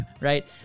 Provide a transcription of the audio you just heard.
right